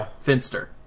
Finster